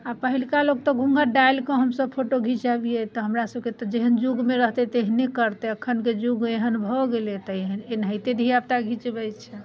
आओर पहिलुका लोक तऽ घूँघट डालिकऽ हमसब फोटो घिचबैए तऽ हमरासबके तऽ जेहन जुगमे रहतै तेहने करतै एखनके जुग एहन भऽ गेलै तऽ एनाहिते धिआपुता घिचबै छै